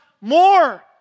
more